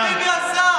מה עם מה שביבי עושה?